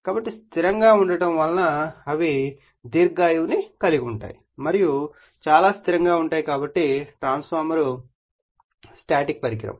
కాబట్టి స్థిరంగా ఉండటం వలన అవి దీర్ఘాయువు కలిగి ఉంటాయి మరియు చాలా స్థిరంగా ఉంటాయి కాబట్టి ట్రాన్స్ఫార్మర్ స్టాటిక్ పరికరము